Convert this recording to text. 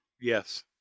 Yes